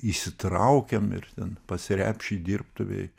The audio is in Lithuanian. įsitraukėm ir ten pas repšį dirbtuvėj